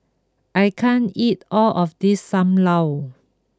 I can't eat all of this Sam Lau